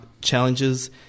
challenges